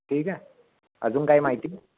ठीक आहे अजून काही माहिती